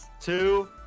two